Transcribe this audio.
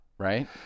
Right